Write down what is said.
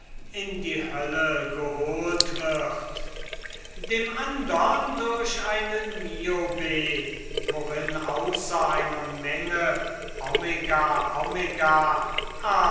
in die hölle geholt wird dem andern durch eine niobe worin außer einer menge